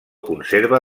conserva